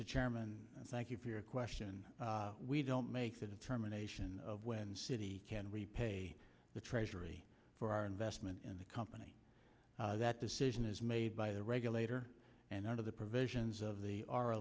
chairman thank you for your question we don't make the determination of when city can repay the treasury for our investment in the company that decision is made by the regulator and under the provisions of the our